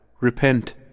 Repent